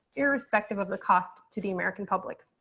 irrespective of the cost to the american public.